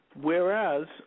Whereas